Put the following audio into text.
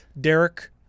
Derek